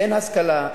אין השכלה,